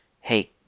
hey